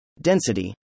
Density